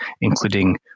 including